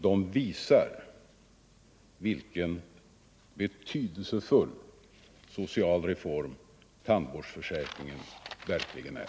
De visar vilken betydelsefull social reform tandvårdsförsäkringen är.